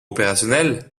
opérationnels